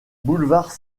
boulevards